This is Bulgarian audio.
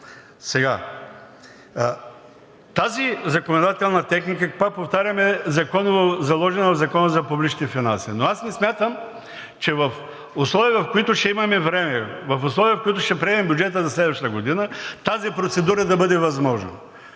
Тази законодателна техника, пак повтарям, е законово заложена в Закона за публичните финанси. Но аз не смятам, че в условия, в които ще имаме време, в условия, в които ще приемем бюджета за следващата година, тази процедура да бъде възможна.